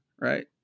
right